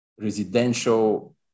residential